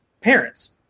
parents